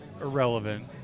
irrelevant